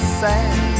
sad